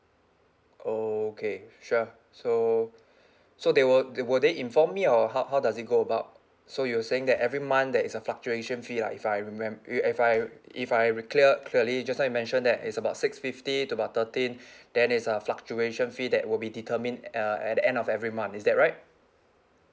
okay sure so so they will they will they in for me or how how does it go about so you're saying that every month there is a fluctuation fee lah if I remem~ re~ if I if I re~ clear clearly just now you mentioned that it's about six fifty to about thirteen then is uh fluctuation fee that will be determined uh at the end of every month is that right